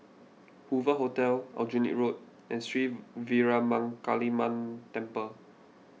Hoover Hotel Aljunied Road and Sri Veeramakaliamman Temple